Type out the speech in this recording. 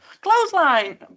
clothesline